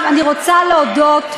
את צריכה לברך, לא להסית.